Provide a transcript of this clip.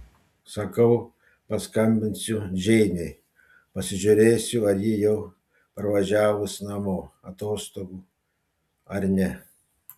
sakau paskambinsiu džeinei pasižiūrėsiu ar ji jau parvažiavus namo atostogų ar ne